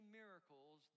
miracles